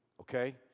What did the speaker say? Okay